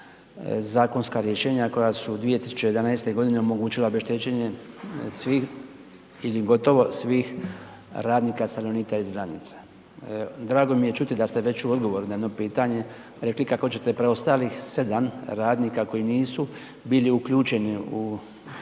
zakonska rješenja koja su 2011.g. omogućila obeštećenje svih ili gotovo svih radnika, stanovnika iz Vranjica. Drago mi je čuti da ste već u odgovoru na jedno pitanje rekli kako ćete preostalih 7 radnika koji nisu bili uključeni u